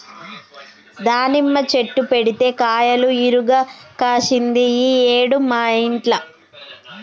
దానిమ్మ చెట్టు పెడితే కాయలు ఇరుగ కాశింది ఈ ఏడు మా ఇంట్ల